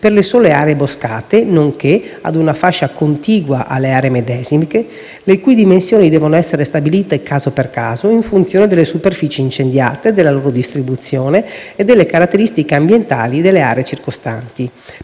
per le sole aree boscate, nonché ad una fascia contigua alle aree medesime, le cui dimensioni devono essere stabilite caso per caso in funzione delle superfici incendiate, della loro distribuzione e delle caratteristiche ambientali delle aree circostanti.